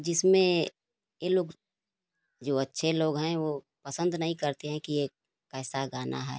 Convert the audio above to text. जिसमें ये लोग जो अच्छे लोग हैं वो पसंद नहीं करते हैं कि ये कैसा गाना है